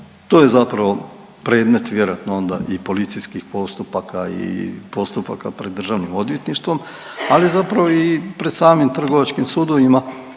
to je zapravo predmet vjerojatno onda i policijskih postupaka i postupaka pred Državnim odvjetništvom, ali zapravo i pred samim trgovačkim sudovima